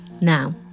now